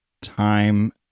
time